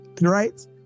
right